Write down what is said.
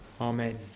Amen